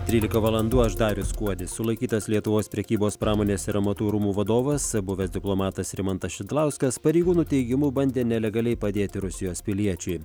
trylika valandų aš darius kuodis sulaikytas lietuvos prekybos pramonės ir amatų rūmų vadovas buvęs diplomatas rimantas šidlauskas pareigūnų teigimu bandė nelegaliai padėti rusijos piliečiui